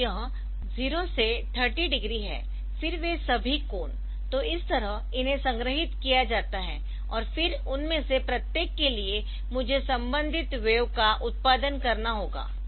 तोयह 0 से 30 डिग्री है फिर वे सभी कोण तो इस तरह इन्हे संग्रहीत किया जाता है और फिर उनमें से प्रत्येक के लिए मुझे संबंधित वेव का उत्पादन करना होगा